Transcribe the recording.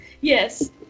Yes